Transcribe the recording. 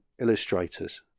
illustrators